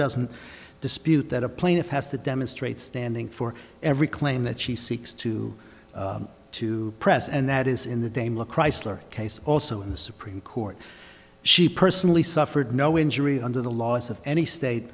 doesn't dispute that a plaintiff has to demonstrate standing for every claim that she seeks to to press and that is in the daimler chrysler case also in the supreme court she personally suffered no injury under the laws of any state